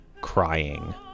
crying